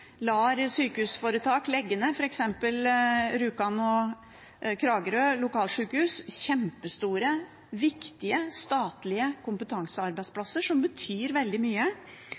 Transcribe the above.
lar sykehusforetak legge ned lokalsykehus, f.eks. Rjukan og Kragerø – kjempestore, viktige, statlige kompetansearbeidsplasser, som betyr veldig mye.